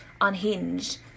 unhinged